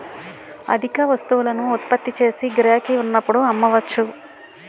అధిక వస్తువులను ఉత్పత్తి చేసి గిరాకీ ఉన్నప్పుడు అమ్మవచ్చు